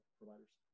providers